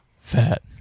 fat